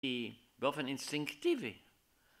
היא באופן אינסטינקטיבי